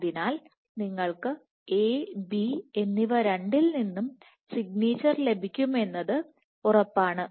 അതിനാൽ നിങ്ങൾക്ക് A B എന്നിവ രണ്ടിൽ നിന്നും സിഗ്നേച്ചർ ലഭിക്കുമെന്ന് ഉറപ്പാണ്